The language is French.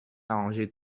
arrangé